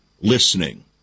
listening